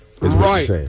Right